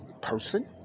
person